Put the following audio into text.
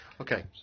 Okay